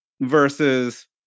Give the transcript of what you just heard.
Versus